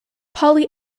polly